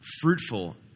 fruitful